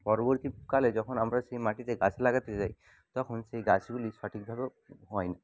পরবর্তীকালে আমরা যখন সেই মাটিতে গাছ লাগাতে যাই তখন সেই গাছগুলি সঠিকভাবে হয় না